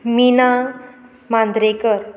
Meena Mandrekar